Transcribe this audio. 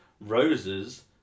roses